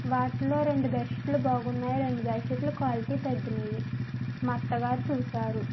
వాటిలో రెండు బెడ్ షీట్లు బగున్నాయి రెండు బెడ్ షీట్లు క్వాలిటీ తగ్గినాయి మా అత్త గారు చూసారు